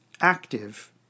active